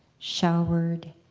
showered,